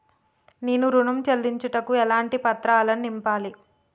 నేను ఋణం చెల్లించుటకు ఎలాంటి పత్రాలను నింపాలి?